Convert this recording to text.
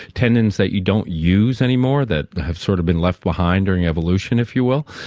tendons that you don't use anymore that have sort of been left behind during evolution, if you will,